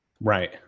Right